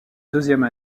deuxième